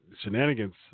Shenanigans